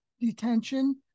detention